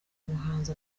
muhanzi